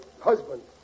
Husband